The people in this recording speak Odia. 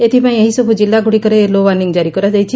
ଏଥ୍ପାଇଁ ଏହିସବୁ ଜିଲ୍ଲା ଗୁଡ଼ିକରେ ୟେଲୋ ଓାର୍ଣ୍ଣିଂ ଜାରି କରାଯାଇଛି